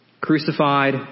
Crucified